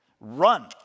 Run